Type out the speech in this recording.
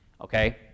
Okay